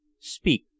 speak